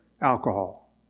alcohol